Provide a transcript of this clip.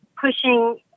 pushing